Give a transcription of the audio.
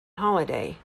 holiday